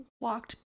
walked